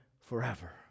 forever